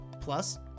Plus